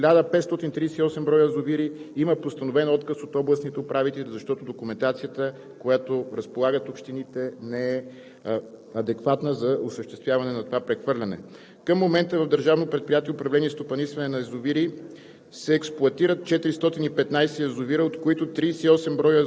В Министерството разполагаме с информация, че по отношение на 1538 броя язовири има постановен отказ от областните управители, защото документацията, с която разполагат общините, не е адекватна за осъществяване на това прехвърляне. Към момента в Държавно